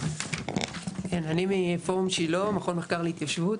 כן, אני מפורום שילה, מכון מחקר להתיישבות.